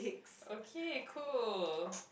okay cool